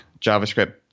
JavaScript